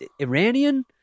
Iranian